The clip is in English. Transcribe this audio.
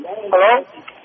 Hello